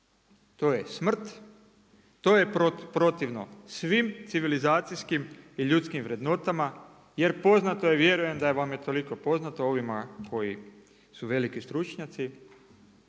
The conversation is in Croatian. to je smrt. To je protivno svim civilizacijskim i ljudskim vrednotama, jer poznato je, vjerujem da vam je toliko poznato ovima koji su veliki stručnjaci